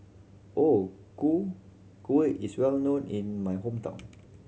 O Ku Kueh is well known in my hometown